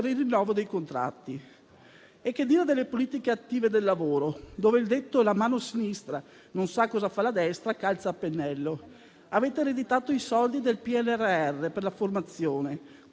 il rinnovo dei contratti. Cosa dire delle politiche attive del lavoro, dove il detto "la mano sinistra non sa cosa fa la destra" calza a pennello? Avete ereditato i soldi del PNRR per la formazione,